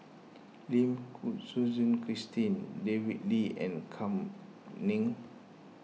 Lim Suchen Christine David Lee and Kam Ning